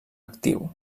actiu